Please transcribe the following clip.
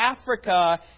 Africa